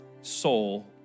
soul